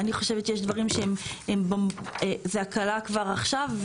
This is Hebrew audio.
אני חושבת שיש דברים שהם, זה הקלה כבר עכשיו.